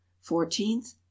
fourteenth